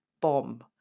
bomb